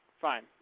Fine